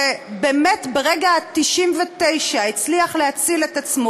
שבאמת, ברגע ה-99 הצליח להציל את עצמו.